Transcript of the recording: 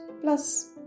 plus